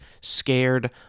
scared